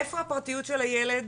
איפה הפרטיות של הילד